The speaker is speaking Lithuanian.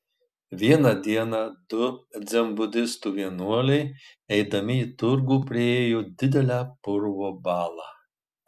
vieną dieną du dzenbudistų vienuoliai eidami į turgų priėjo didelę purvo balą